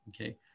Okay